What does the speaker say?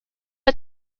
der